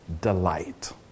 delight